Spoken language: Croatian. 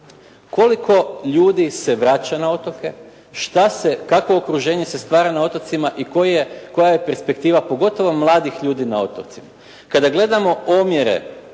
koliko ljudi se vraća na otoke? Kakvo okruženje se stvara na otocima i koja je perspektiva pogotovo mladih ljudi na otocima?